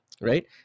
Right